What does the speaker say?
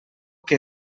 que